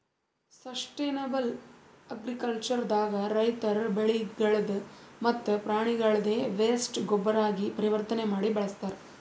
sustainable agriculture ದಾಗ ರೈತರ್ ಬೆಳಿಗಳ್ದ್ ಮತ್ತ್ ಪ್ರಾಣಿಗಳ್ದ್ ವೇಸ್ಟ್ ಗೊಬ್ಬರಾಗಿ ಪರಿವರ್ತನೆ ಮಾಡಿ ಬಳಸ್ತಾರ್